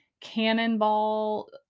Cannonball